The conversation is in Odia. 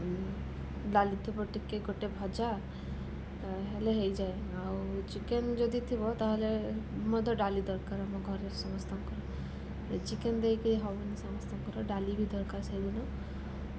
ଡାଲି ଥିବ ଟିକିଏ ଗୋଟେ ଭଜା ହେଲେ ହୋଇଯାଏ ଆଉ ଚିକେନ୍ ଯଦି ଥିବ ତା'ହେଲେ ମୋତେ ଡାଲି ଦରକାର ଆମ ଘରର ସମସ୍ତଙ୍କୁ ଚିକେନ୍ ଦେଇକିରି ହେବନି ସମସ୍ତଙ୍କର ଡାଲି ବି ଦରକାର ସେହିଦିନ